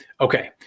Okay